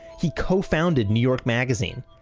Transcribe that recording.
he co-founded new york magazine.